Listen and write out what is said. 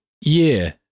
year